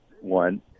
one